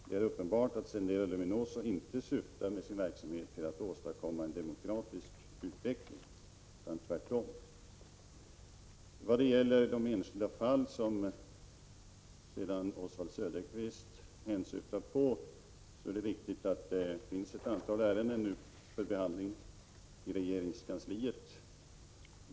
Det är uppenbart att Sendero Luminosos verksamhet inte syftar till att åstadkomma en demokratisk utveckling, tvärtom. Vad gäller de enskilda fall som Oswald Söderqvist hänsyftar på vill jag framhålla att det är riktigt att ett antal ärenden nu är föremål för behandling i regeringskansliet.